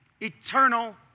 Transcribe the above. eternal